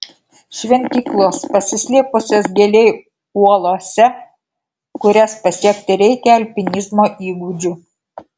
šventyklos pasislėpusios giliai uolose kurias pasiekti reikia alpinizmo įgūdžių